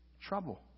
Trouble